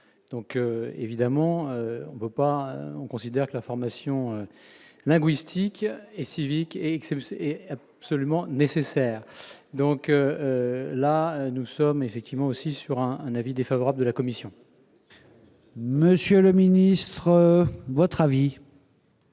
donc évidemment on peut pas, on considère que la formation linguistique et civique et XM, c'est absolument nécessaire, donc là, nous sommes effectivement aussi sur un un avis défavorable de la commission. Monsieur le ministre, votre avis.